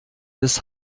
des